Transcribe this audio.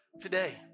today